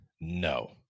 no